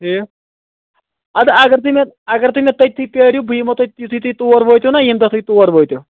ٹھیٖک اَدٕ اگر تُہۍ مےٚ اگر تُہۍ مےٚ تٔتھی پیٲرِو بہٕ یِمو تۄہہِ یِتھُے تُہۍ تور وٲتِو نہ ییٚمہِ دۄہ تُہۍ تور وٲتِو